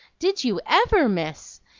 did you ever, miss?